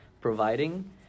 providing